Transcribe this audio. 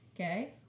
okay